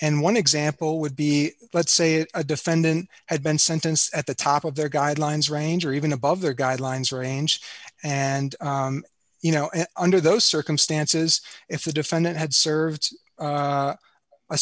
and one example would be let's say a defendant had been sentenced at the top of their guidelines range or even above their guidelines range and you know under those circumstances if the defendant had served